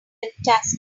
fantastic